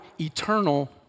eternal